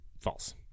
False